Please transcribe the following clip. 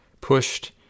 pushed